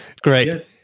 Great